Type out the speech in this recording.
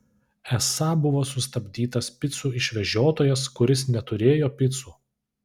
esą buvo sustabdytas picų išvežiotojas kuris neturėjo picų